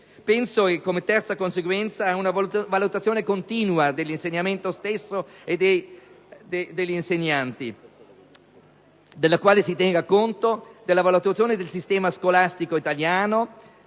luogo, occorre un sistema di valutazione continua dell'insegnamento stesso e degli insegnanti, del quale si tenga conto, e una valutazione del sistema scolastico italiano